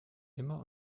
immer